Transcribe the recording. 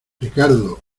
ricardo